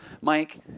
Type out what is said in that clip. Mike